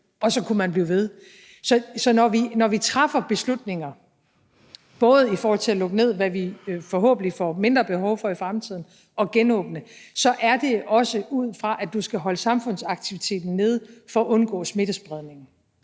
og sådan kunne man blive ved. Så når vi træffer beslutninger både i forhold til at lukke ned, hvad vi forhåbentlig får mindre behov for i fremtiden, og i forhold til at genåbne, så er det også ud fra, at du skal holde samfundsaktiviteten nede for at undgå smittespredningen.